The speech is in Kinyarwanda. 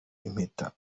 impeta